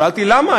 שאלתי: למה?